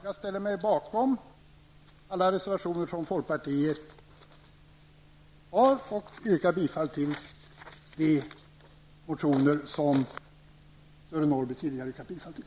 Jag ställer mig bakom alla reservationer från folkpartiet och yrkar bifall till de reservationer som Sören Norrby tidigare yrkat bifall till.